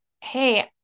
hey